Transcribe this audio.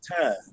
time